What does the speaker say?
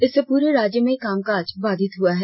इससे पूरे राज्य में कामकाज बाधित हुआ है